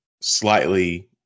slightly